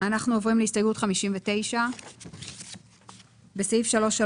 אנחנו עוברים להסתייגות מספר 17. בסעיף 2(2),